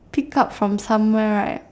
pick up from somewhere right